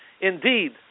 Indeed